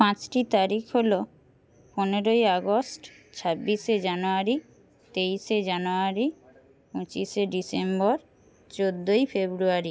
পাঁচটি তারিখ হল পনেরোই আগস্ট ছাব্বিশে জানুয়ারি তেইশে জানুয়ারি পঁচিশে ডিসেম্বর চোদ্দোই ফেব্রুয়ারি